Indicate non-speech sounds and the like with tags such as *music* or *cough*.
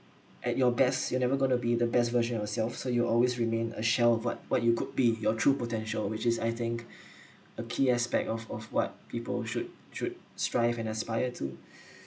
at your best you never going to be the best version yourself so you will always remain a shell what what you could be your true potential which is I think *breath* a key aspect of of what people should should strive and aspire to *breath*